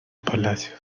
palacios